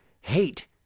hate